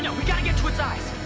yeah we gotta get to its eyes.